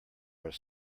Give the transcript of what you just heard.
are